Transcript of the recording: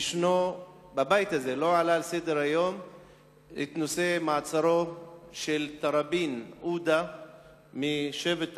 בבית הזה לא עלה על סדר-היום נושא מעצרו של עודה תראבין משבט תראבין,